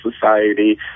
Society